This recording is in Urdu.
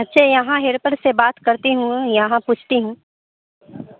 اچھا یہاں ہیلپر سے بات کرتی ہوں یہاں پوچھتی ہوں